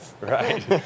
right